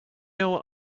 know